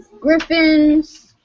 griffins